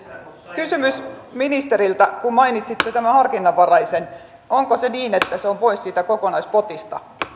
kysymys ministerille kun mainitsitte tämän harkinnanvaraisen onko niin että se harkinnanvarainen on pois siitä kokonaispotista